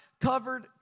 covered